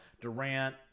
Durant